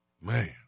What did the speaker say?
Man